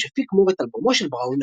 הפיק מור את אלבומו של בראון,